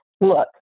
look